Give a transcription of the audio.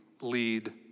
lead